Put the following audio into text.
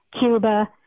Cuba